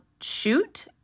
Shoot